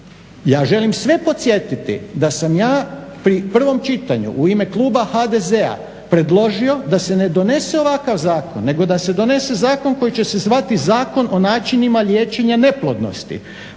ja želim sve podsjetiti da sam ja pri prvom čitanju u ime kluba HDZ-a predložio da se ne donese ovakav zakon nego da se donese zakon koji će se zvati zakon o načinima liječenja neplodnosti